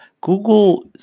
Google